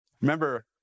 Remember